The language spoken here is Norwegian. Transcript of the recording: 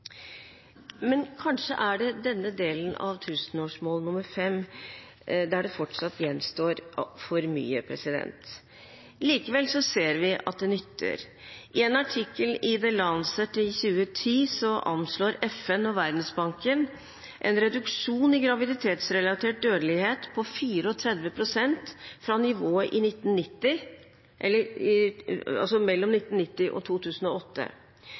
Men kanskje er det i denne delen av tusenårsmål 5 det fortsatt gjenstår for mye. Likevel ser vi at det nytter. I en artikkel i The Lancet i 2010 anslår FN og Verdensbanken en reduksjon i graviditetsrelatert dødelighet på 34 pst. fra nivået i perioden 1990–2008. Utviklingen går i